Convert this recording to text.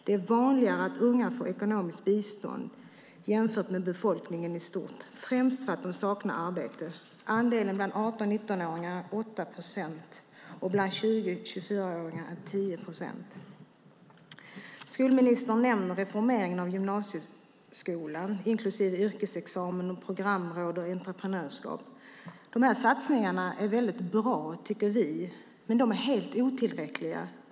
Det är vanligare att unga får ekonomiskt bistånd jämfört med befolkningen i stort, främst för att de saknar arbete. Andelen är bland 18-19-åringar 8 procent, bland 20-24-åringar 10 procent. Skolministern nämner reformeringen av gymnasieskolan inklusive yrkesexamen, programråd och entreprenörskap. Dessa satsningar är väldigt bra, tycker vi, men helt otillräckliga.